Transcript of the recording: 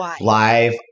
Live